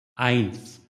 eins